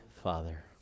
Father